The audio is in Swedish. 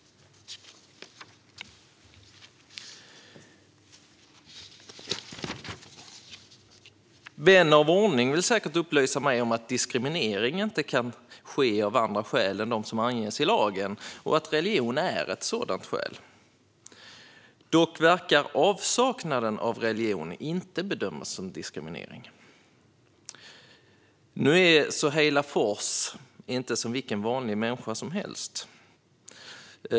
Vän av ordning vill säkert upplysa mig om att diskriminering inte kan ske av andra skäl än de som anges i lagen och att religion är ett sådant skäl. Dock verkar avsaknaden av religion inte bedömas utgöra en diskrimineringsgrund. Nu är Soheila Fors inte som vilken vanlig människa som helst.